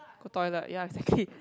go toilet ya exactly